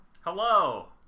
hello